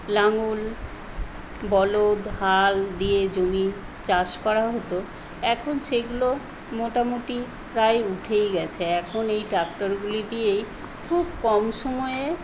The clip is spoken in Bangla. লাঙল বলদ হাল দিয়ে জমি চাষ করা হত এখন সেগুলো মোটামুটি প্রায় উঠেই গেছে এখন এই ট্রাক্টরগুলি দিয়েই খুব কম সময়ে